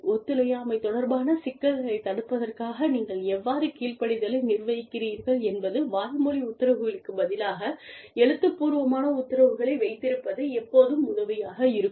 ஒத்துழையாமை தொடர்பான சிக்கல்களைத் தடுப்பதற்காக நீங்கள் எவ்வாறு கீழ்ப்படிதலை நிர்வகிக்கிறீர்கள் என்பது வாய்வழி உத்தரவுகளுக்குப் பதிலாக எழுதிதுப்பூர்வமான உத்தரவுகளை வைத்திருப்பது எப்போதும் உதவியாக இருக்கும்